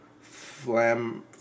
Flam